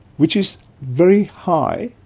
which is very high,